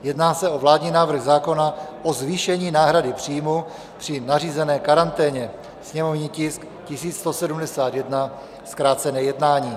Jedná se o vládní návrh zákona o zvýšení náhrady příjmu při nařízené karanténě, sněmovní tisk 1171, zkrácené jednání.